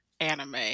anime